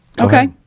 Okay